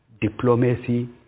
diplomacy